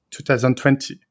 2020